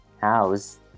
house